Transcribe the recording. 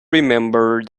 remember